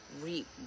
reap